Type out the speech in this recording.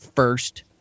first